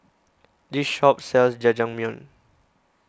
the shop sells Jajangmyeon